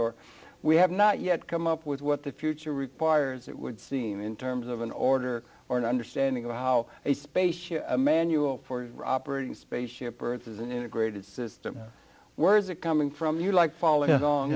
or we have not yet come up with what the future requires it would seem in terms of an order or an understanding of how a spaceship a manual for operating spaceship earth as an integrated system where is it coming from you like falling and